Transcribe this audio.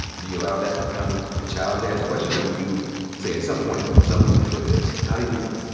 do you allow that to come, the child to ask the questions? or do you say at some point, some people feel this? how do you do that?